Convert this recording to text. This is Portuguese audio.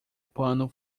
pano